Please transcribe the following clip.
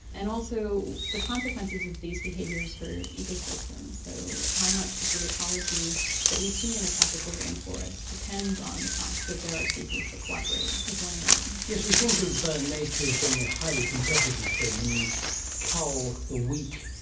and also the consequences of these behaviours for ecosystems, so how much of the ecology that we see in a tropical rainforest depends on the fact that there are species that cooperate with one another. yes, we think of ah nature as being a highly competitive thing and you cull the weak,